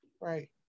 Right